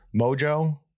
Mojo